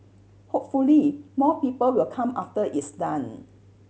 hopefully more people will come after it's done